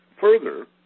Further